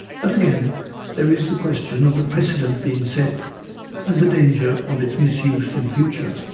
but again there is the question of the precedent being set and the danger of its misuse in future.